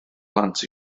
plant